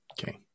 Okay